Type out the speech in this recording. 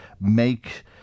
make